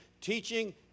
teaching